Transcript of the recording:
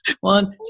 One